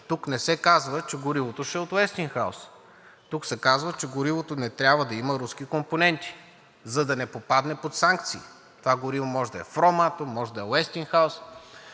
тук не се казва, че горивото ще е от „Уестингхаус“. Тук се казва, че горивото не трябва да има руски компоненти, за да не попадне под санкции. Това гориво може да е Фраматом, може да е „Уестингхаус“.